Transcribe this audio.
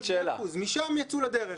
משם יצאו לדרך.